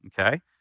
Okay